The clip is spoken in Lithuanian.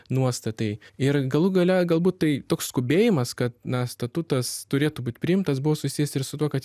nuostatai ir galų gale galbūt tai toks skubėjimas kad na statutas turėtų būt priimtas buvo susijęs ir su tuo kad